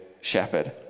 shepherd